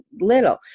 little